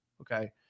Okay